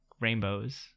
rainbows